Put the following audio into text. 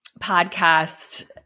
podcast